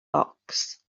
bocs